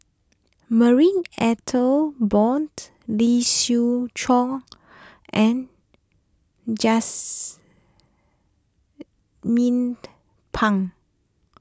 Marie Ethel Bong Lee Siew Choh and Pang